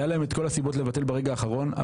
היה להם את כל הסיבות לבטל ברגע האחרון,